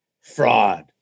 fraud